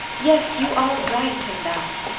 yes, you are right in that!